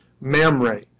Mamre